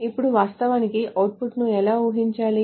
ఇప్పుడు వాస్తవానికి అవుట్పుట్ను ఎలా ఊహించాలి